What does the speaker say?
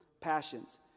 passions